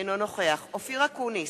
אינו נוכח אופיר אקוניס,